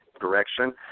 direction